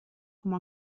como